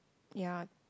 ya